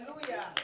Hallelujah